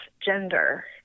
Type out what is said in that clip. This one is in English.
gender